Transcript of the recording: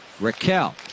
Raquel